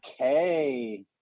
okay